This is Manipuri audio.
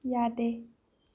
ꯌꯥꯗꯦ